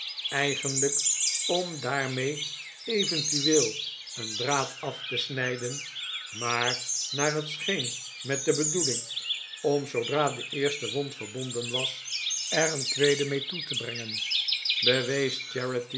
eigenlijk om daarmee eventueel een draad af te snijden maar naar het scheen met de bedoeling om zoodra de eerste wond verbonden was er een tweede mee toe te brengen